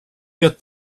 get